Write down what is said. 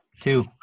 Two